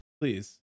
Please